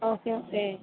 okay okay